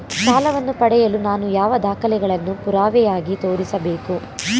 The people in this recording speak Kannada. ಸಾಲವನ್ನು ಪಡೆಯಲು ನಾನು ಯಾವ ದಾಖಲೆಗಳನ್ನು ಪುರಾವೆಯಾಗಿ ತೋರಿಸಬೇಕು?